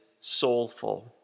soulful